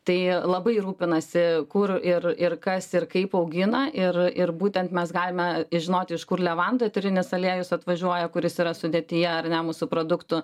tai labai rūpinasi kur ir ir kas ir kaip augina ir ir būtent mes galime žinoti iš kur levandų eterinis aliejus atvažiuoja kuris yra sudėtyje ar ne mūsų produktų